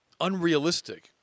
unrealistic